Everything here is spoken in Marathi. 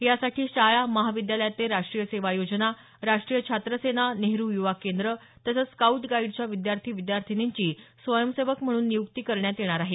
यासाठी शाळा महाविद्यालयातले राष्ट्रीय सेवा योजना राष्ट्रीय छात्रसेना नेहरू युवा केंद्र तसंच स्काऊट गाईडच्या विद्यार्थी विद्यार्थिनींची स्वयंसेवक म्हणून नियुक्ती करण्यात येणार आहे